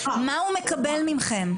מה הוא מקבל ממכם?